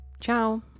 Ciao